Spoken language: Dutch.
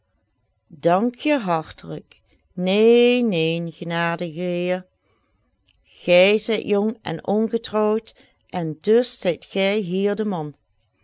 dank je hartelijk neen neen genadige heer gij zijt jong en ongetrouwd en dus zijt gij hier de man